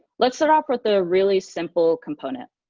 let's start off with the really simple component.